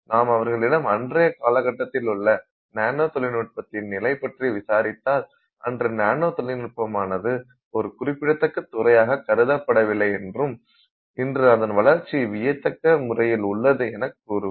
நாம் அவர்களிடம் அன்றைய காலக்கட்டத்திலுள்ள நானோ தொழில்நுட்பத்தின் நிலைப்பற்றி விசாரித்தால் அன்று நானோ தொழில்நுட்பமானது ஒரு குறிப்பிடத்தக்க துறையாகக் கருதப்படவில்லை என்றும் இன்று அதன் வளர்ச்சி வியக்கத்தக்க முறையில் உள்ளது எனக் கூறுவர்